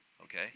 okay